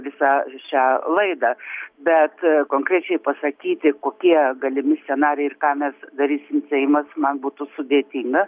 visą šią laidą bet konkrečiai pasakyti kokie galimi scenarijai ir ką mes darysim seimas man būtų sudėtinga